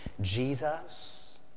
Jesus